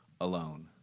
alone